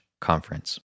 conference